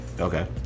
Okay